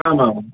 आम् आम्